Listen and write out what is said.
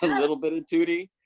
a little bit of tootie.